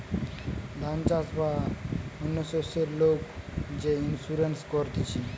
ধান চাষ বা অন্য শস্যের লোক যে ইন্সুরেন্স করতিছে